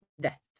death